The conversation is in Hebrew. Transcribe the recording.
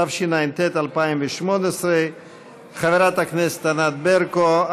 התשע"ט 2018. חברת הכנסת ענת ברקו,